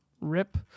rip